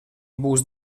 būs